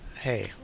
hey